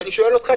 ואני שואל אותך,